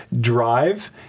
drive